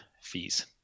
fees